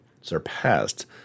surpassed